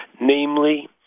Namely